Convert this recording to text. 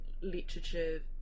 literature